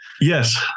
Yes